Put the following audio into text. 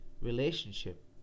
relationship